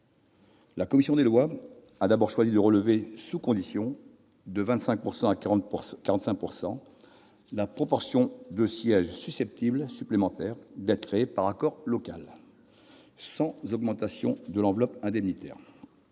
La commission des lois a d'abord choisi de relever, sous conditions, de 25 % à 45 % la proportion de sièges supplémentaires susceptibles d'être créés par accord local, sans augmentation de l'enveloppe indemnitaire.